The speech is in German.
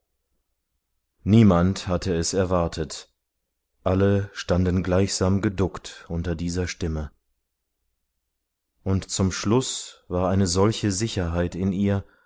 niemand hatte es erwartet alle standen gleichsam geduckt unter dieser stimme und zum schluß war eine solche sicherheit in ihr